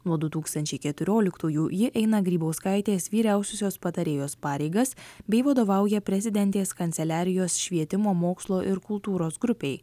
nuo du tūkstančiai keturioliktųjų ji eina grybauskaitės vyriausiosios patarėjos pareigas bei vadovauja prezidentės kanceliarijos švietimo mokslo ir kultūros grupei